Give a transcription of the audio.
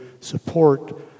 support